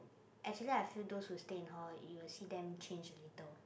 actually I feel those who stay in hall you will see them change a little